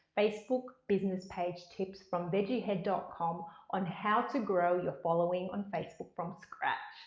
facebook business page tips from vegiehead dot com on how to grow your following on facebook from scratch.